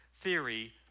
theory